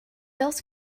else